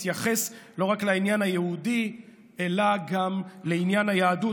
התייחס לא רק לעניין היהודי אלא גם לעניין היהדות.